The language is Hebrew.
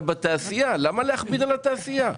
אבל למה להכביד על התעשייה?